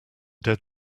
dead